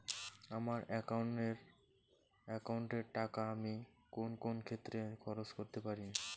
আমার একাউন্ট এর টাকা আমি কোন কোন ক্ষেত্রে খরচ করতে পারি?